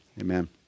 amen